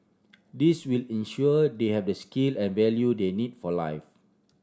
this will ensure they have the skill and value they need for life